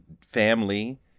family